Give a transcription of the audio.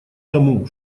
тому